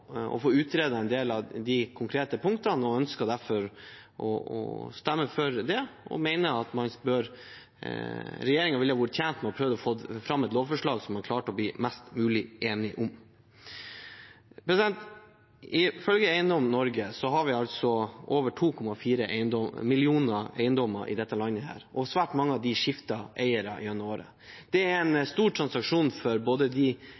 få utredet, en del av de konkrete punktene. Senterpartiet ønsker derfor å stemme for det og mener at regjeringen ville ha vært tjent med å prøve å få fram et lovforslag som man klarte å bli mest mulig enig om. Ifølge Eiendom Norge har vi over 2,4 millioner eiendommer i dette landet, og gjennom året skifter svært mange av dem eiere. Det er en stor transaksjon – for